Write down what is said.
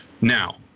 Now